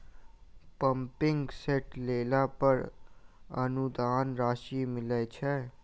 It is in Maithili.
पम्पिंग सेट लेला पर अनुदान राशि मिलय छैय?